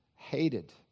Hated